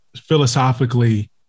philosophically